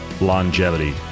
longevity